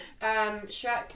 Shrek